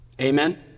Amen